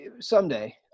someday